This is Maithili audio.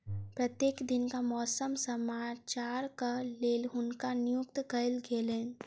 प्रत्येक दिनक मौसम समाचारक लेल हुनका नियुक्त कयल गेलैन